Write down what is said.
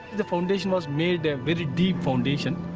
the foundation was made a very deep foundation.